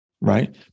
right